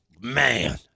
man